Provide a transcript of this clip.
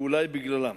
ואולי בגללם.